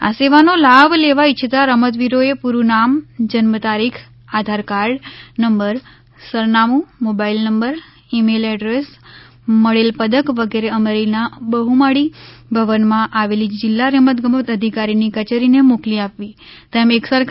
આ સેવા નો લાભ લેવા ઇચ્છતા રમતવીરો એ પુરૂ નામ જન્મ તારીખ આધાર કાર્ડ નંબર સરનામું મોબાઇલ નંબર ઇમેઇલ એડ્રેસ મળેલ પદક વગેરે અમરેલી ના બહ્માળી ભવન માં આવેલી જિલ્લા રમતગમત અધિકારી ની કચેરી ને મોકલી આપવી તેમ એક સરકારી યાદી માં જણાવાયું છે